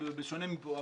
בשונה מפה.